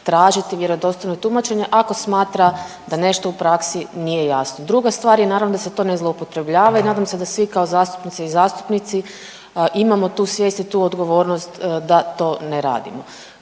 tražiti vjerodostojno tumačenje, ako smatra da nešto u praksi nije jasno. Druga stvar je naravno, da se to ne zloupotrebljava i nadam se da svi kao zastupnice i zastupnici imamo tu svijest i tu odgovornost da to ne radimo.